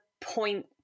point